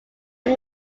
can